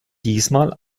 diesmal